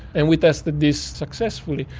and we tested this successfully,